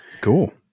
Cool